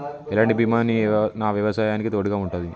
ఎలాంటి బీమా నా వ్యవసాయానికి తోడుగా ఉంటుంది?